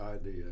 idea